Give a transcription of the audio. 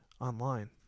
online